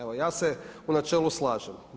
Evo, ja se u načelu slažem.